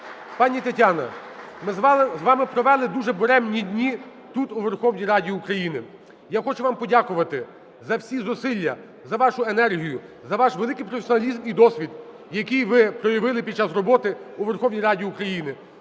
пані Тетяна, ми з вами провели дуже буремні дні тут у Верховній Раді України. Я хочу вам подякувати за всі зусилля, за вашу енергію, за ваш великий професіоналізм і досвід, який ви проявили під час роботи у Верховній Раді України.